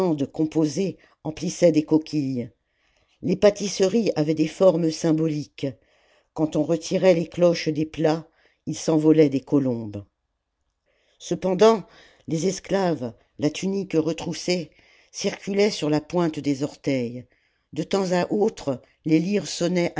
composées emplissaient des coquilles les pâtisseries avaient des formes symboliques quand on retirait les cloches des plats il s'envolait des colombes cependant les esclaves la tunique retroussée circulaient sur la pointe des orteils de temps à autre les lyres